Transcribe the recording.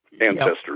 ancestors